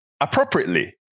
appropriately